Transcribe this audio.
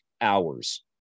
hours